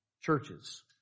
Churches